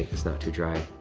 this not too dry.